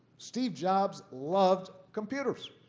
steve jobs loved computers.